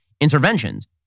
interventions